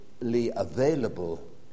available